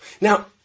Now